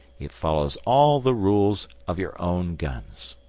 it follows all the rules of your own guns.